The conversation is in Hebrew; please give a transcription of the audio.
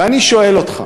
ואני שואל אותך: